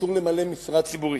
ואסור ליהודים למלא משרה ציבורית.